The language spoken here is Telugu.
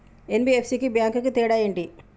ఎన్.బి.ఎఫ్.సి కి బ్యాంక్ కి తేడా ఏంటి?